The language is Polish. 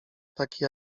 takie